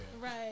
Right